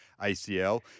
ACL